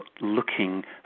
looking